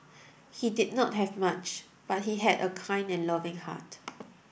he did not have much but he had a kind and loving heart